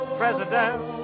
president